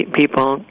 people